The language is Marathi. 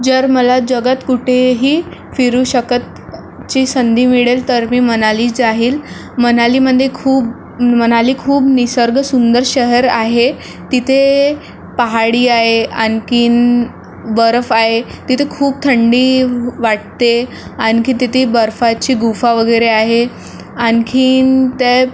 जर मला जगात कुठेही फिरू शकतची संधी मिळेल तर मी मनाली जाईल मनालीमध्ये खूप मनाली खूप निसर्गसुंदर शहर आहे तिथे पहाडी आहे आणखीन बर्फ आहे तिथे खूप थंडी वं वाटते आणखी तिथे बर्फाची गुफा वगैरे आहे आणखीन त्या